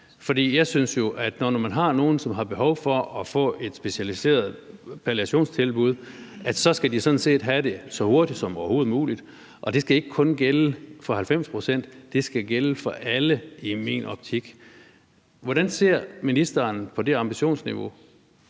for jeg synes jo, at når der er nogle, som har behov for at få et tilbud om specialiseret palliation, så skal de sådan set have det så hurtigt som overhovedet muligt, og det skal ikke kun gælde for 90 pct.; det skal i min optik gælde for alle. Hvordan ser ministeren på det ambitionsniveau?